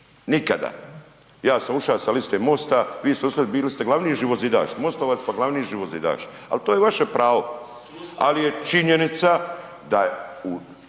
nikada. Ja sam uša sa liste MOST-a, vi ste ušli, bili ste glavni živozidaš, MOST-ovac, pa glavni živozidaš, al to je vaše pravo. Al je činjenica da, u,